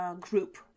group